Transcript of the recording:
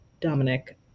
Dominic